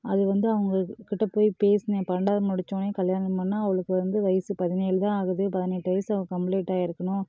அது வந்து அவங்கக்கிட்ட போய் பேசினேன் பன்னெண்டாவது முடிச்சோடனே கல்யாணம் பண்ணால் அவளுக்கு வந்து வயசு பதினேழு தான் ஆகுது பதினெட்டு வயசு அவள் கம்ப்ளீட் ஆகியிருக்கணும்